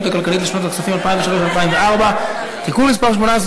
הכלכלית לשנות הכספים 2003 ו-2004) (תיקון מס' 18),